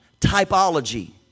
typology